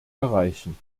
erreichen